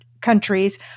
countries